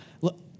Look